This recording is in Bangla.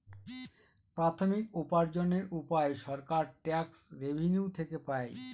প্রাথমিক উপার্জনের উপায় সরকার ট্যাক্স রেভেনিউ থেকে পাই